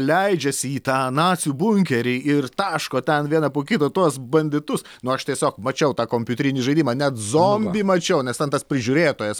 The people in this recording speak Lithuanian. leidžiasi į tą nacių bunkerį ir taško ten vieną po kito tuos banditus nu aš tiesiog mačiau tą kompiuterinį žaidimą net zombį mačiau nes ten tas prižiūrėtojas